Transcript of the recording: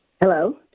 Hello